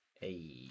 Hey